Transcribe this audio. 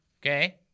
Okay